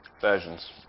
versions